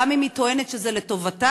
גם אם היא טוענת שזה לטובתם.